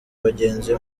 bagenzi